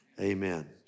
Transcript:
Amen